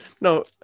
No